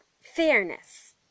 fairness